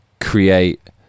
create